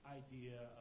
idea